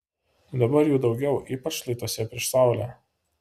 dabar jų daugiau ypač šlaituose prieš saulę